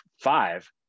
five